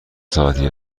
ساعتی